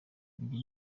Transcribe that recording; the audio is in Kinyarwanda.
ibyo